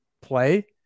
play